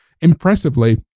impressively